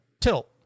tilt